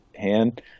hand